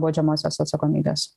baudžiamosios atsakomybės